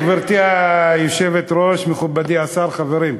גברתי היושבת-ראש, מכובדי השר, חברים,